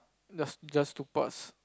just just to pass